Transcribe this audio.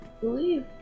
believe